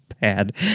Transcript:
bad